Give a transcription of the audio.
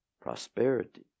Prosperity